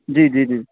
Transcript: जी जी जी